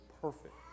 perfect